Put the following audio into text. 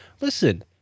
Listen